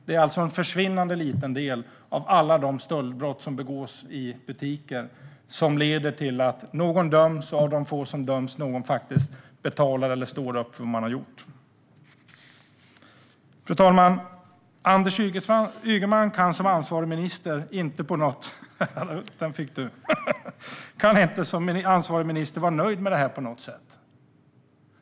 Det är alltså en försvinnande liten del av alla de stöldbrott som begås i butiker som leder till att någon döms. Och av de få som döms är det få som faktiskt betalar eller står upp för vad de har gjort. Fru ålderspresident! Anders Ygeman kan som ansvarig minister inte på något sätt vara nöjd med detta.